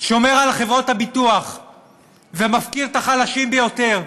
שומר על חברות הביטוח ומפקיר את החלשים ביותר.